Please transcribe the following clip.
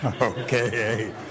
Okay